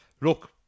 Look